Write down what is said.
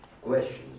questions